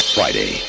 Friday